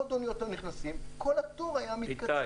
ואז עוד אוניות היו נכנסות וכל התור היה מתקצר.